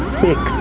six